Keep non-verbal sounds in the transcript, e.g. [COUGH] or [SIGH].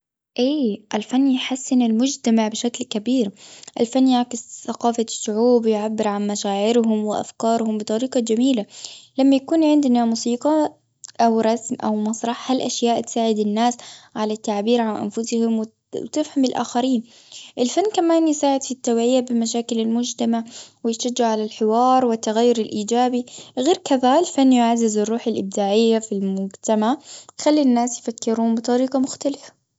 ايي، الفن يحسن المجتمع بشكل كبير. الفن يعكس ثقافة الشعوب، ويعبر عن مشاعرهم وأفكارهم، بطريقة جميلة. لما يكون عندنا موسيقى، [HESITATION] أو رسم، أو مسرح، هالأشياء تساعد الناس على التعبير عن انفسهم، و [HESITATION] تفهم الآخرين. الفن كمان يساعد في التوعية بمشاكل المجتمع، ويشجع على الحوار، والتغير الإيجابي. غير كذا، الفن يعزز الروح الإبداعية في المجتمع، ويخلي الناس يفكرون بطريقة مختلفة.